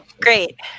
Great